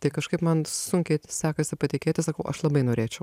tai kažkaip man sunkiai sekasi patikėti sakau aš labai norėčiau